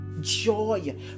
joy